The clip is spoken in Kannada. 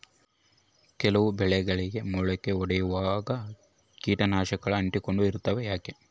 ಕೆಲವು ಬೆಳೆಗಳಿಗೆ ಮೊಳಕೆ ಒಡಿಯುವಾಗ ಕೇಟನಾಶಕಗಳು ಅಂಟಿಕೊಂಡು ಇರ್ತವ ಯಾಕೆ?